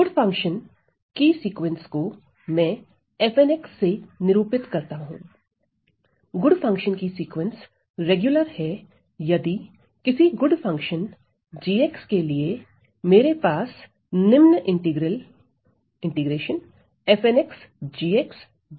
good function की sequence को मैं से निरूपित करता हूं गुड फंक्शन की सीक्वेंस रेगुलर है यदि किसी गुड फंक्शन g के लिए मेरे पास निम्न इंटीग्रल विद्यमान है